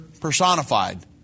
personified